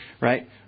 Right